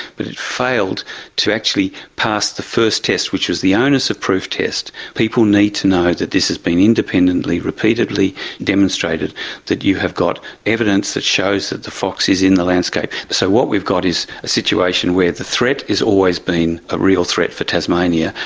but it failed to actually pass the first test which was the onus of proof test. people need to know that this has been independently, repeatedly demonstrated that you have got evidence that shows that the fox is in the landscape. so what we've got is a situation where the threat has always been a real threat for tasmania,